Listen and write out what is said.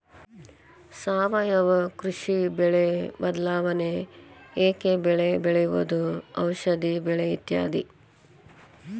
ಸಾವಯುವ ಕೃಷಿ, ಬೆಳೆ ಬದಲಾವಣೆ, ಏಕ ಬೆಳೆ ಬೆಳೆಯುವುದು, ಔಷದಿ ಬೆಳೆ ಇತ್ಯಾದಿ